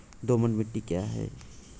दोमट मिट्टी क्या है?